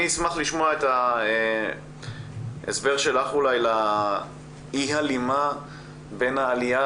אני אשמח לשמוע את ההסבר שלך לאי ההלימה בין העלייה